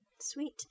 sweet